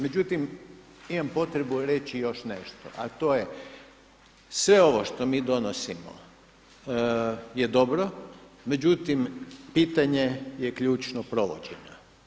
Međutim, imam potrebu reći još nešto a to je, sve ovo što mi donosimo je dobro, međutim pitanje je ključnog provođenja.